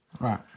Right